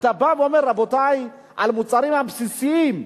אתה בא ואומר: רבותי, המוצרים הבסיסיים,